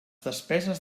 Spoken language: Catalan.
despeses